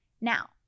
Now